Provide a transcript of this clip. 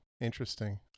interesting